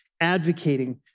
advocating